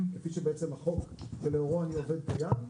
כפי שהחוק שלאורו אני עובד קיים,